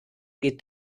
geht